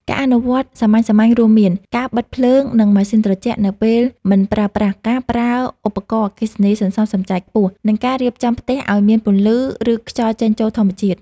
ការអនុវត្តសាមញ្ញៗរួមមាន ការបិទភ្លើងនិងម៉ាស៊ីនត្រជាក់នៅពេលមិនប្រើប្រាស់ ការប្រើឧបករណ៍អគ្គិសនីសន្សំសំចៃខ្ពស់ និងការរៀបចំផ្ទះឱ្យមានពន្លឺឬខ្យល់ចេញចូលធម្មជាតិ។